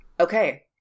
okay